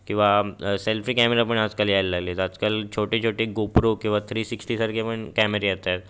किंवा सेल्फी कॅमेरापण आजकाल यायला लागले आहेत आजकाल छोटे छोटे गोप्रो किंवा थ्री सिक्स्टीसारखे पण कॅमेरे येत आहेत